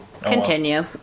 Continue